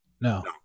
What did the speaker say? No